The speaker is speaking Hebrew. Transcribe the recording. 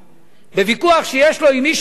בוויכוח שיש לו עם איש המפד"ל.